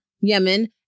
Yemen